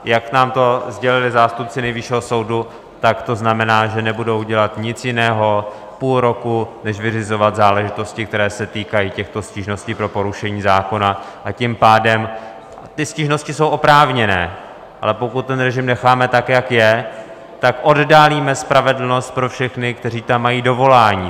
Jak nám sdělili zástupci Nejvyššího soudu, tak to znamená, že nebudou dělat půl roku nic jiného než vyřizovat záležitosti, které se týkají těchto stížností pro porušení zákona, a tím pádem ty stížnosti jsou oprávněné, ale pokud ten režim necháme tak, jak je oddálíme spravedlnost pro všechny, kteří tam mají dovolání.